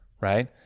right